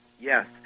yes